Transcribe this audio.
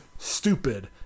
stupid